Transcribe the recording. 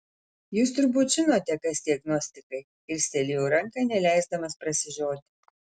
jūs turbūt žinote kas tie gnostikai kilstelėjo ranką neleisdamas prasižioti